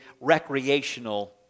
recreational